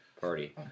party